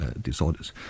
disorders